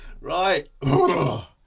Right